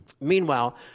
Meanwhile